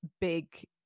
big